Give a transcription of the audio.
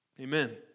Amen